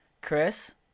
Chris